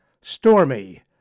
Stormy